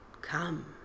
come